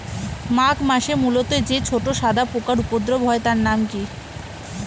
মাঘ মাসে মূলোতে যে ছোট সাদা পোকার উপদ্রব হয় তার নাম কি?